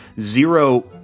zero